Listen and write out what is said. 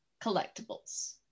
collectibles